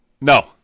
No